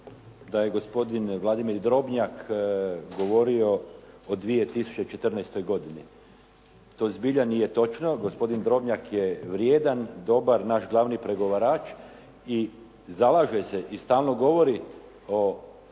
da je gospodin Vladimir Drobnjak govorio o 2014. godini. To zbilja nije točno. Gospodin Drobnjak je vrijedan, dobar, naš glavni pregovarač i zalaže se i stalno govori o